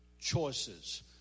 choices